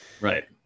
right